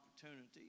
opportunity